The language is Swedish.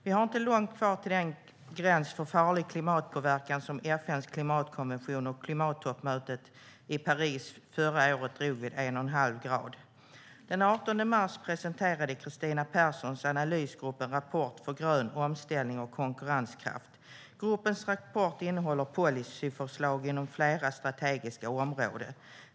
Vi har inte långt kvar till gränsen för farlig klimatpåverkan som FN:s klimatkommission och klimattoppmöte i Paris förra året drog vid 1,5 grader. Den 18 mars presenterade Kristina Perssons analysgrupp en rapport för grön omställning och konkurrenskraft. Gruppens rapport innehåller policyförslag inom flera strategiska områden.